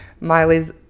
Miley's